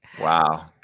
Wow